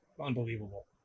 unbelievable